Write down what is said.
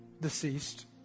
deceased